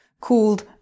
called